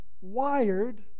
wired